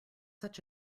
such